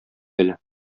әле